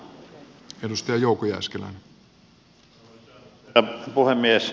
arvoisa herra puhemies